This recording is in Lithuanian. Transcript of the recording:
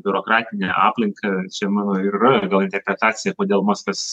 biurokratinę aplinką čia mano ir yra gal interpretacija kodėl muskas